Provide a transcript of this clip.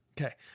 Okay